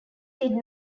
did